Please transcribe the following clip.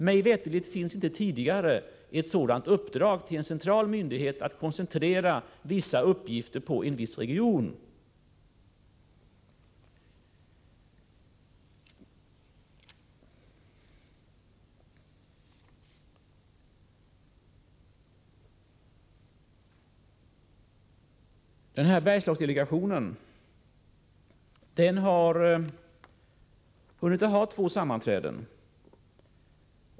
Mig veterligt finns det inte något exempel tidigare på ett sådant uppdrag till en central myndighet att koncentrera uppgifter till en viss region. Bergslagsdelegationen har redan haft två sammanträden.